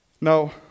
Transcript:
Now